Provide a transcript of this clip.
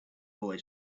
boy